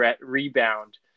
rebound